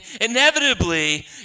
inevitably